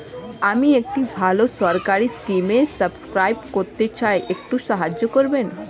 আমি একটি ভালো সরকারি স্কিমে সাব্সক্রাইব করতে চাই, একটু সাহায্য করবেন?